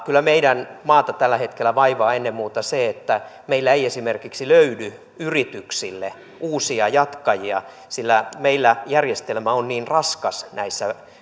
kyllä meidän maata tällä hetkellä vaivaa ennen muuta se että meillä ei esimerkiksi löydy yrityksille uusia jatkajia sillä meillä järjestelmä on niin raskas näissä